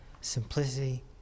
simplicity